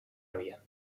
àvia